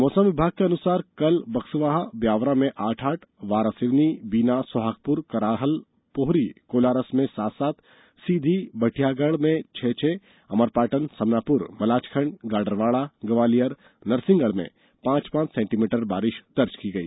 मौसम विभाग के अनुसार कल बक्सवाहा ब्यावरा में आठ आठ वारासिवनी बीना सोहागपुर कराहल पोहरी कोलारस में सात सात सीधी बटियागढ में छह छह अमरपाटन समनापुर मलॉजखण्ड गाडरवाडा ग्वालियर नरसिंहगढ़ में पांच पांच सेंटीमीटर बारिष दर्ज की गई